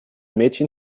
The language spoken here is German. mädchen